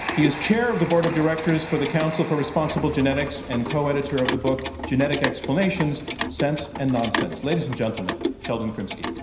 he is chair of the board of directors for the council for responsible genetics and coeditor of the book genetic explanations sense and nonsense. ladies and gentlemen, sheldon krimsky.